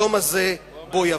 היום הזה בוא יבוא.